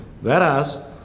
whereas